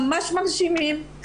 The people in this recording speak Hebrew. ממש מרשימים.